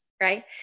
right